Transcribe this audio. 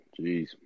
Jeez